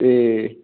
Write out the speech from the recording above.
ਅਤੇ